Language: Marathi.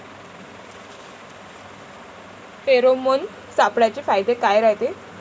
फेरोमोन सापळ्याचे फायदे काय रायते?